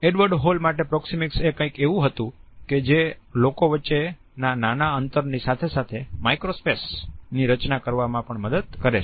Edward Hall માટે proxemics એ કંઈક એવું હતું કે જે લોકો વચ્ચેના નાના અંતરની સાથે સાથે માઈક્રોસ્પેસ ની રચના કરવામાં પણ મદદ કરે